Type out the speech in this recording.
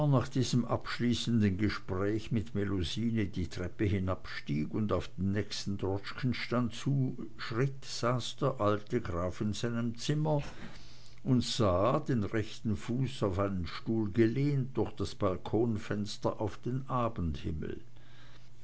nach diesem abschließenden gespräch mit melusine die treppe hinabstieg und auf den nächsten droschkenstand zuschritt saß der alte graf in seinem zimmer und sah den rechten fuß auf einen stuhl gelehnt durch das balkonfenster auf den